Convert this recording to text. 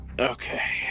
Okay